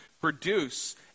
produce